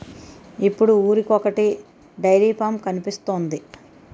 ఇప్పుడు ఊరికొకొటి dairy farm కనిపిస్తోంది